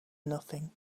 nothing